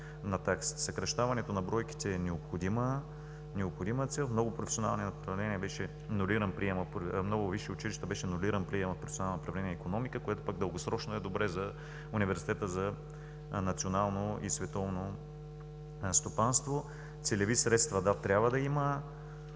на таксите. Съкращаването на бройките е необходима цел. В много висши училища беше нулиран приемът в професионално направление „Икономика“, което пък дългосрочно е добре за Университета за национално и световно стопанство. Целеви средства, да, трябва да има,